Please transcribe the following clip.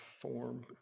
form